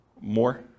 More